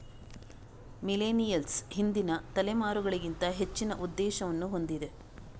millennials ಹಿಂದಿನ ತಲೆಮಾರುಗಳಿಗಿಂತ ಹೆಚ್ಚಿನ ಉದ್ದೇಶವನ್ನು ಹೊಂದಿದೆ